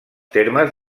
termes